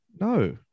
No